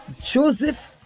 Joseph